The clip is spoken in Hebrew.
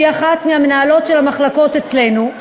שהיא אחת מהמנהלות של המחלקות אצלנו,